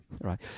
right